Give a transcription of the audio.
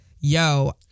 yo